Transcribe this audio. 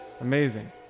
amazing